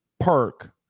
Perk